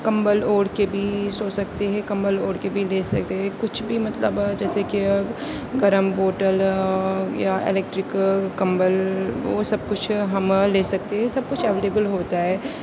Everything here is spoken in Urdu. کمبل اوڑھ کے بھی سو سکتے ہیں کمبل اوڑھ کے بھی لے سکتے ہیں کچھ بھی مطلب جیسے کہ گرم بوٹل یا الیکٹرک کمبل وہ سب کچھ ہم لے سکتے ہیں یہ سب کچھ اویلیبل ہوتا ہے